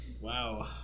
Wow